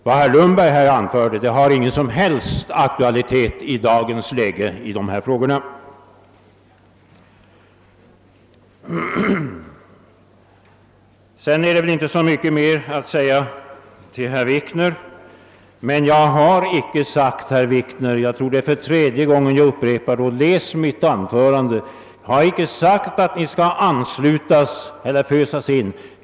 Vad herr Lundberg här anförde har ingen som helst aktualitet i dag i detta ärende. Sedan har jag inte så mycket att tilllägga i anledning av herr Wikners anförande. Jag tror detta är tredje gången jag upprepar — läs referatet av mitt anförande, herr Wikner! — att jag icke har sagt att ni skall anslutas till Jägare förbundet eller fösas in i den organisationen.